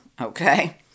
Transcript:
Okay